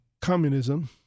communism